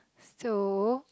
so